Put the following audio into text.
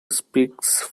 speaks